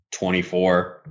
24